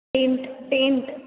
tent tent